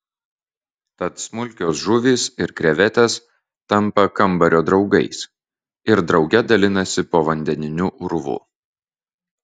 tad smulkios žuvys ir krevetės tampa kambario draugais ir drauge dalinasi povandeniniu urvu